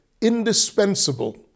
indispensable